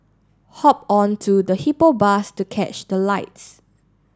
hop onto the Hippo Bus to catch the lights